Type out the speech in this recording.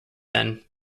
then